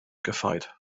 gefeit